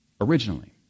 originally